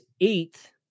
eighth